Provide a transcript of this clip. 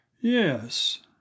Yes